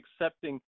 accepting